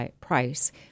price